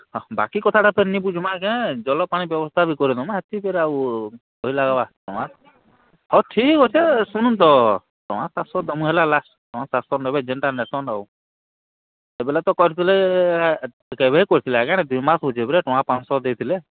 ହ ବାକି କଥାଟା ଫେର୍ ନି ବୁଝ୍ମା କାଏଁ ଆଜ୍ଞା ଜଲପାଣି ବ୍ୟବସ୍ଥା ବି କରିଦମା ଏତ୍କି ଫେର୍ ଆଉ କହି ଲାଗ୍ବା ହଉ ଠିକ୍ ଅଛେ ଶୁଣୁନ୍ ତ ଟଙ୍କା ସାତଶହ ଦେମୁ ହେଲା ଲାଷ୍ଟ୍ ଟଙ୍କା ସାତ୍ଶହ ନେବେ ଯେନ୍ଟା ନେସନ୍ ଆଉ ସେ ବେଲେ ତ କରିଥିଲେ କେଭେ କରିଥିଲେ ଆଜ୍ଞା ଇଟା ଦୁଇ ମାସ୍ ହେଉଛେ ପରେ ଟଙ୍କା ପାଁ'ଶହ ଦେଇଥିଲେ